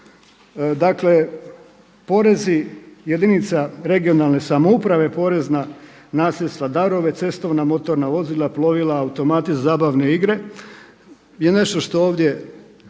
dakle porezi jedinica regionalne samouprave, porez na nasljedstva, darove, cestovna, motorna vozila, plovila, automati za zabavne igre je nešto što ovdje